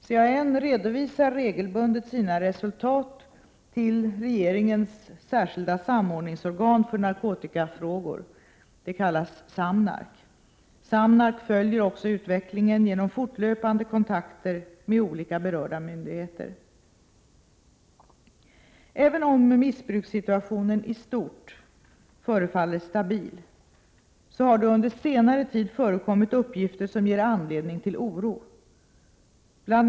CAN redovisar regelbundet sina resultat till regeringens särskilda samordningsorgan för narkotikafrågor . SAMNARK följer också utvecklingen genom fortlöpande kontakter med Även om missbrukssituationen i stort förefaller stabil, har det under senare tid förekommit uppgifter som ger anledning till oro. Bl.